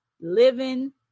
living